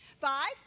Five